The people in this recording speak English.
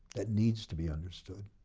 it needs to be understood.